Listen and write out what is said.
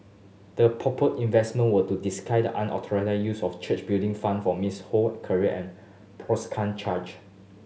the purported investment were to disguise the unauthorised use of church Building Fund for Miss Ho career and charge